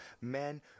men